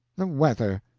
the weather!